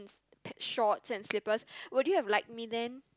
p~ shorts and slippers would you have liked me then